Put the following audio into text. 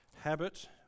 habit